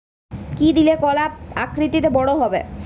কি দিলে কলা আকৃতিতে বড় হবে?